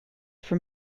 from